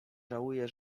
żałuje